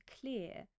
clear